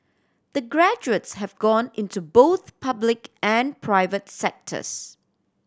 the graduates have gone into both public and private sectors